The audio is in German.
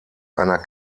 einer